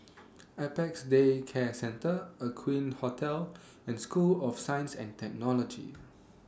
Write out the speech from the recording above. Apex Day Care Centre Aqueen Hotel and School of Science and Technology